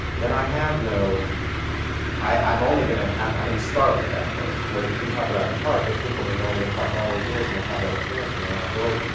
then i have no i'm only going to have i'm going to start at that place. whereas, if you talk about the park, those people have been going to the park all those years, and they have that experience and they're outdoors.